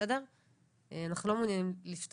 הסתדרות